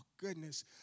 goodness